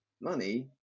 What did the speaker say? money